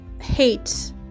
hate